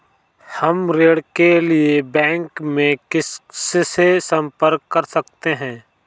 हम ऋण के लिए बैंक में किससे संपर्क कर सकते हैं?